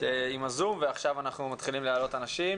עם הזום ועכשיו אנחנו מתחילים להעלות אנשים.